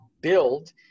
build